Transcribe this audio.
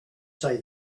say